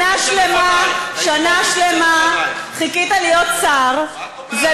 שנה שלמה חיכית להיות שר, מה את אומרת?